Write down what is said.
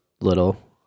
little